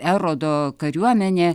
erodo kariuomenė